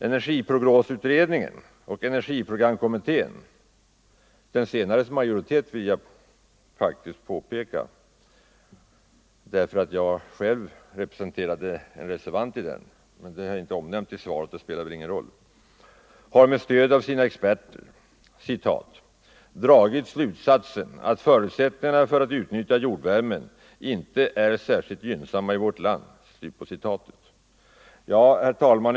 Energiprognosutredningen och energiprogramkommittén — den senares majoritet, vill jag faktiskt påpeka, eftersom jag själv var reservant, vilket inte omnämns i svaret, men det spelar väl ingen roll — har med stöd av sina experter ”dragit slutsatsen att förutsättningarna för att utnyttja jordvärmen inte är särskilt gynnsamma i vårt land”. Herr talman!